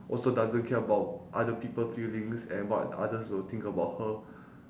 also doesn't care about other people feelings and what others will think about her